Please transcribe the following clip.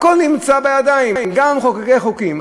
הכול נמצא בידיים: גם מחוקקי החוקים,